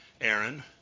Aaron